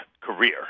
career